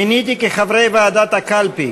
מיניתי לחברי ועדת הקלפי